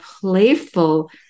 playful